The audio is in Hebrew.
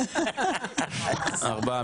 ארבעה.